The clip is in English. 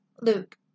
Luke